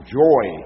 joy